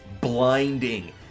blinding